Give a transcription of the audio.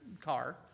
car